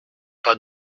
pas